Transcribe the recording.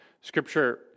scripture